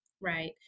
Right